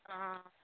অঁ